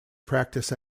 practice